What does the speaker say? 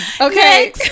okay